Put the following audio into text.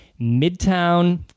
Midtown